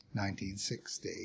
1960